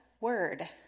word